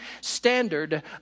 standard